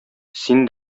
син